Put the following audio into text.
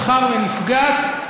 מאחר שנפגעת,